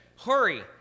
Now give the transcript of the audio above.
hurry